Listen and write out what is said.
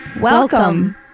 Welcome